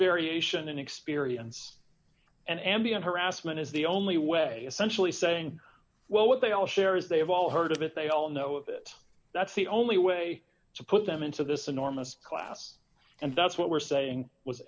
variation in experience and ambient harassment is the only way a centrally saying well what they all share is they have all heard of it they all know it that's the only way to put them into this enormous class and that's what we're saying was